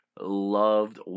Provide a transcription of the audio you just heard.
loved